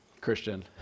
Christian